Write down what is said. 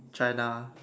China